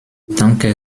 danke